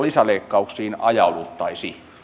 lisäleikkauksiin ajauduttaisi